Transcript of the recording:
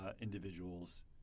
individuals